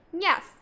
Yes